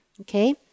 Okay